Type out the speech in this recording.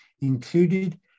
included